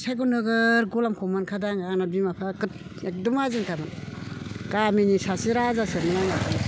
फिसाइखौ नोगोद गलामखौ मोनखादां आंना बिमा बिफाया एखदम माहाजोनथारमोन गामिनि सासे राजासोमोन आंना